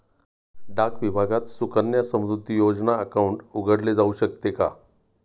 डाक विभागात सुकन्या समृद्धी योजना अकाउंट उघडले जाऊ शकते का?